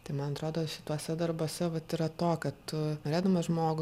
tai man atrodo šituose darbuose vat yra to kad tu norėdamas žmogų